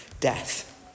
death